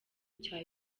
cya